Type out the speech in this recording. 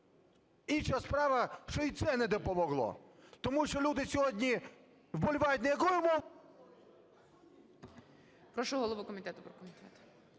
Інша справа, що і це не допомогло, тому що люди сьогодні вболівають, не якою мовою…